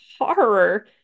horror